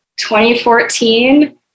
2014